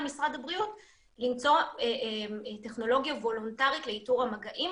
משרד הבריאות למצוא טכנולוגיה וולונטרית לאיתור המגעים